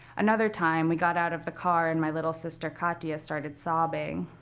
another time, we got out of the car, and my little sister, katia, started sobbing.